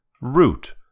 Root